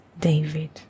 David